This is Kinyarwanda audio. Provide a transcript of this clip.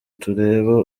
tureba